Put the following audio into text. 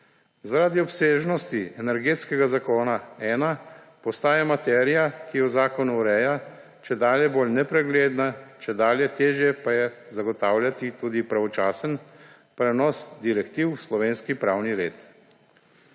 Zaradi obsežnosti Energetskega zakona-1 postaja materija, ki jo zakon ureja, čedalje bolj nepregledna, čedalje težje pa je zagotavljati tudi pravočasen prenos direktiv v slovenski pravni red.